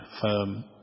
firm